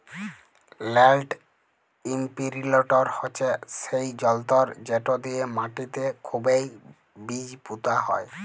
land ইমপিরিলটর হছে সেই জলতর্ যেট দিঁয়ে মাটিতে খুবই বীজ পুঁতা হয়